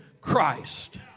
Christ